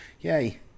yay